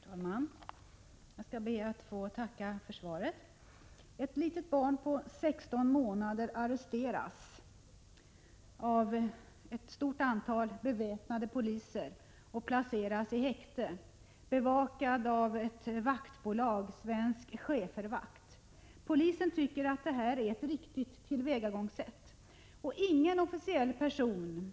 Fru talman! Jag skall be att få tacka för svaret. Ett litet barn på 16 månader arresteras av ett stort antal beväpnade poliser och placeras i häkte, bevakat av ett vaktbolag, Svensk Schäferhundvakt. Polisen tycker att det är ett riktigt tillvägagångssätt. Och ingen officiell person